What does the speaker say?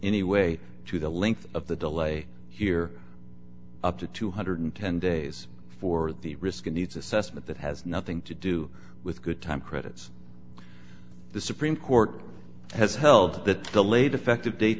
any way to the length of the delay here up to two hundred and ten days for the risk needs assessment that has nothing to do with good time credits the supreme court has held that the latest fact to date